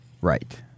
Right